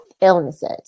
illnesses